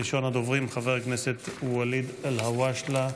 ראשון הדוברים, חבר הכנסת ואליד אלהואשלה,